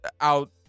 out